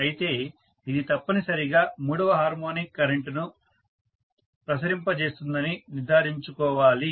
అయితే ఇది తప్పనిసరిగా మూడవ హార్మోనిక్ కరెంటును ప్రసరింపజేస్తుందని నిర్ధారించుకోవాలి